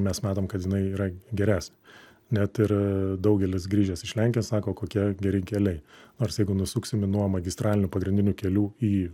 mes matom kad jinai yra geresnė net ir daugelis grįžęs iš lenkijos sako kokie geri keliai nors jeigu nusuksim į nuo magistralinių pagrindinių kelių į